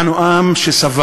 אנו עם שסבל,